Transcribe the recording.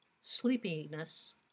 sleepiness